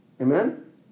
Amen